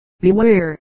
beware